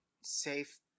safe